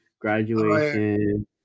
graduation